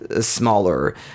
smaller